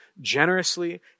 generously